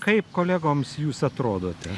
kaip kolegoms jūs atrodote